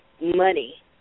money